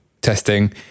testing